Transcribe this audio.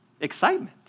excitement